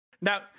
Now